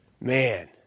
Man